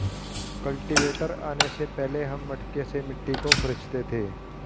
cultivator आने से पहले हम मटके से मिट्टी को खुरंचते थे